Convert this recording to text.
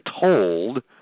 told